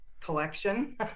collection